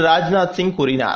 ராஜ்நாத் சிங் கூறினார்